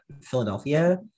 Philadelphia